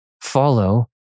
Follow